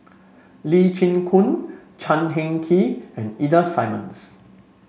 Lee Chin Koon Chan Heng Chee and Ida Simmons